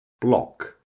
Block